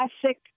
classic